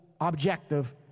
objective